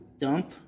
dump